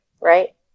right